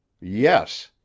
Yes